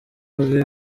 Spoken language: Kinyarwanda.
bwe